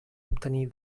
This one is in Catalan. obtenir